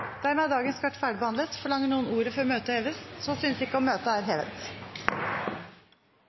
Dermed er dagens kart ferdigbehandlet. Forlanger noen ordet før møtet heves? – Møtet er hevet.